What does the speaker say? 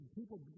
people